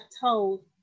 told